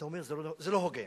אתה אומר: זה לא הוגן.